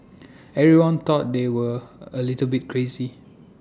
everyone thought they were A little bit crazy